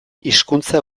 hizkuntza